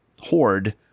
horde